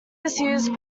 disused